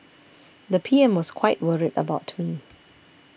the P M was quite worried about me